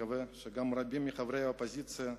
ואני מקווה שגם רבים מחברי באופוזיציה,